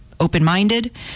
open-minded